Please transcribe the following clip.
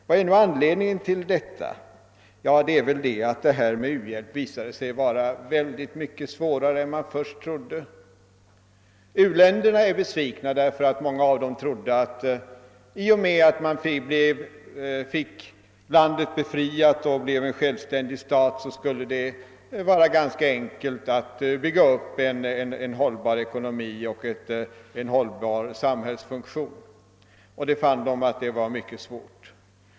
Vad är nu anledningen till detta? Det är väl att u-hjälp visade sig vara oerhört mycket svårare än man först trodde. U-länderna är besvikna därför att många av dem trodde, att det i och med att landet befriades och blev en självständig stat skulle vara ganska enkelt att bygga upp en hållbar ekonomi och en hållbar samhällsfunktion men fann att det var mycket svårt.